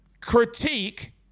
critique